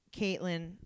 Caitlin